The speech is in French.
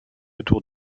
autour